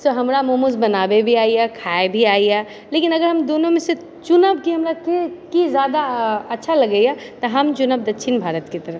से हमरा मोमोज बनाबै भी आबैया खाय भी आबैया लेकिन अगर हम दुनूमे से चुनब कि हमरा कोन की जादा अच्छा लगैया तऽ हम चुनब दक्षिण भारतके तरफ